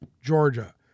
Georgia